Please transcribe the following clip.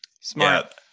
Smart